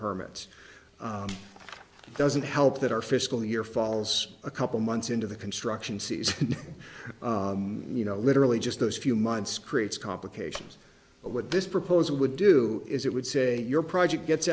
permits doesn't help that our fiscal year falls a couple months into the construction season you know literally just those few months creates complications but what this proposal would do is it would say your project gets